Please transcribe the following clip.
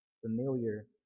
familiar